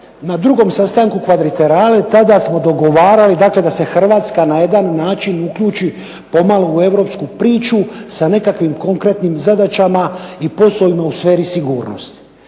na drugom sastanku kvadriterale, tada smo dogovarali da se Hrvatska na jedan način uključi pomalo u europsku priču sa nekakvim konkretnim zadaćama i posebno u sferi sigurnost.